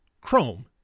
Chrome